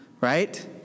right